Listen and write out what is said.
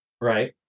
Right